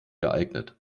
geeignet